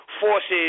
forces